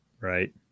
right